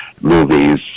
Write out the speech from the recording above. movies